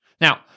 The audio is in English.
Now